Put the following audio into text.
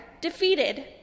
defeated